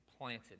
planted